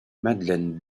madeleine